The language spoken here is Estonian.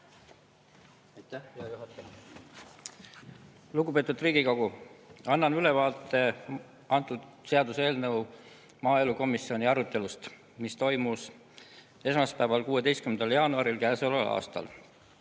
Lugupeetud Riigikogu! Annan ülevaate seaduseelnõu maaelukomisjoni arutelust, mis toimus esmaspäeval, 16. jaanuaril käesoleval aastal.